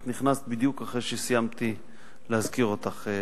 את נכנסת בדיוק אחרי שסיימתי להזכיר אותך,